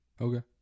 okay